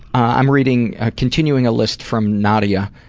i'm reading a continuing a list from nadya,